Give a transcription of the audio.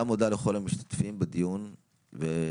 גם